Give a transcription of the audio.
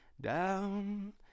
down